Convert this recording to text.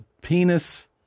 penis